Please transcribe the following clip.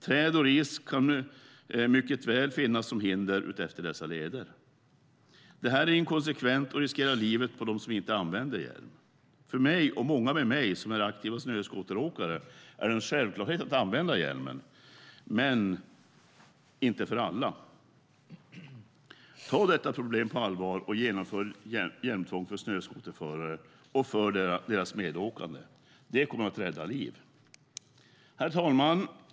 Träd och ris kan mycket väl finnas som hinder utefter dessa leder. Det här är inkonsekvent och riskerar livet på dem som inte använder hjälm. För mig och många andra som är aktiva snöskoteråkare är det en självklarhet att använda hjälm, men inte för alla. Ta detta problem på allvar och inför hjälmtvång för snöskoterförare och deras medåkande! Det kommer att rädda liv. Herr talman!